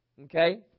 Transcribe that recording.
okay